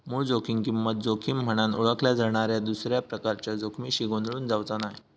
मूळ जोखीम किंमत जोखीम म्हनान ओळखल्या जाणाऱ्या दुसऱ्या प्रकारच्या जोखमीशी गोंधळून जावचा नाय